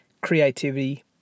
creativity